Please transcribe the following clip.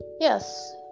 yes